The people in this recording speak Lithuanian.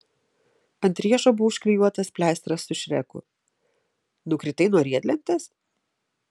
ant riešo buvo užklijuotas pleistras su šreku nukritai nuo riedlentės